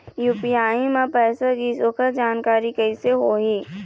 UPI म पैसा गिस ओकर जानकारी कइसे होही?